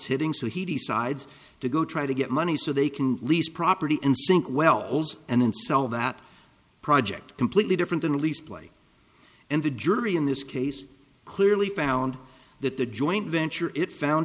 hitting so he decides to go try to get money so they can lease property and sink wells and then sell that project completely different than lease play and the jury in this case clearly found that the joint venture it found